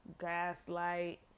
gaslight